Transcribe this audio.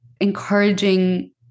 encouraging